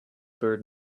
bird